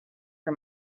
for